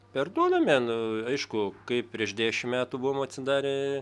perduodame nu aišku kaip prieš dešim metų buvom atsidarę